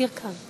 אופיר כאן.